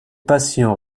patients